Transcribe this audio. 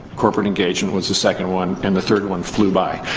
corporate engagement was the second one. and the third one flew by.